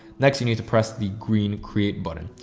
next you need to press the green create button.